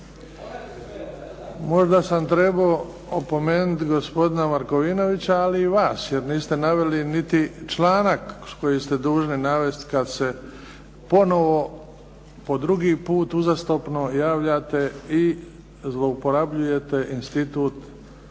Možda sam trebao opomenuti gospodina Markovinovića, ali i vas jer niste naveli niti članak koji ste dužni navesti kad se ponovo po drugi put uzastopno javljate i zlouporabljujete institut